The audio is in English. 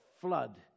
Flood